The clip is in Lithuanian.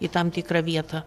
į tam tikrą vietą